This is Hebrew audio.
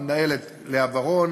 למנהלת לאה ורון,